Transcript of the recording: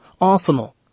Arsenal